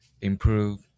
improve